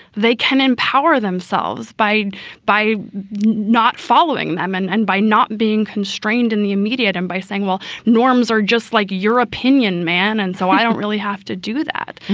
they can empower themselves by by not following them and and by not being constrained in the immediate end and by saying, well, norms are just like your opinion, man. and so i don't really have to do that.